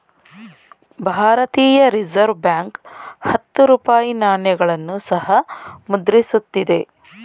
ಭಾರತೀಯ reserve bank ಹತ್ತು ರೂಪಾಯಿ ನಾಣ್ಯಗಳನ್ನು ಸಹ ಮುದ್ರಿಸುತ್ತಿದೆ